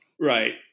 Right